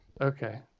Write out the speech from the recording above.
Okay